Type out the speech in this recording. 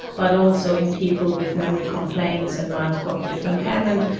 but also in people with memory complaints and mild cognitive impairment,